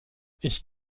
ich